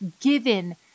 given